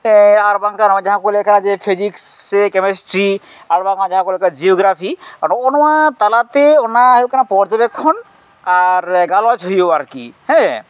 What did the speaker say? ᱟᱨ ᱵᱟᱝᱠᱷᱟᱱ ᱦᱚᱸᱜᱼᱚᱭ ᱠᱚ ᱞᱟᱹᱭᱮᱫ ᱠᱟᱱ ᱯᱷᱤᱡᱤᱠᱥ ᱥᱮ ᱠᱮᱢᱮᱥᱴᱨᱤ ᱟᱨ ᱵᱟᱝᱠᱷᱟᱱ ᱡᱟᱦᱟᱸ ᱠᱚ ᱞᱟᱹᱭᱮᱫ ᱠᱟᱱ ᱡᱤᱭᱳᱜᱨᱟᱯᱷᱤ ᱱᱚᱜᱼᱚ ᱱᱚᱣᱟ ᱛᱟᱞᱟᱛᱮ ᱚᱱᱟ ᱦᱩᱭᱩᱜ ᱠᱟᱱᱟ ᱯᱚᱨᱡᱚᱵᱮᱠᱠᱷᱚᱱ ᱟᱨ ᱜᱟᱞᱚᱪ ᱦᱩᱭᱩᱜᱼᱟ ᱟᱨᱠᱤ ᱦᱮᱸ